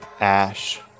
Ash